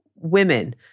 women